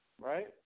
Right